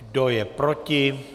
Kdo je proti?